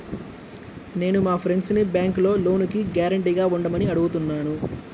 నేను మా ఫ్రెండ్సుని బ్యేంకులో లోనుకి గ్యారంటీగా ఉండమని అడుగుతున్నాను